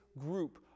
group